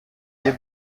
wir